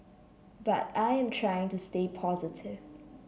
but I am trying to stay positive